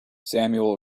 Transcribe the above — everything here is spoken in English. samuel